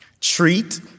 Treat